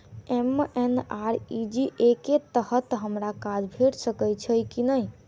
MNREGA कऽ तहत हमरा काज भेट सकय छई की नहि?